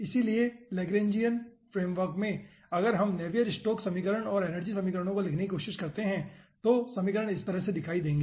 इसलिए Lagrangian framework में अगर हम नेवियर स्टोक्स समीकरण और एनर्जी समीकरणों को लिखने की कोशिश करते हैं तो समीकरण इस तरह दिखाई देंगे